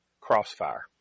Crossfire